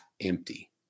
empty